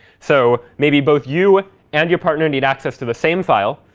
so maybe both you and your partner need access to the same file.